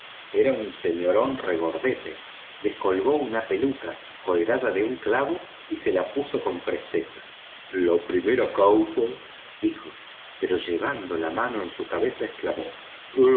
era un señorón regordete descolgó una peluca colgada de un clavo y se la puso con presteza la primera causa dijo pero llevando la mano a su cabeza exclamó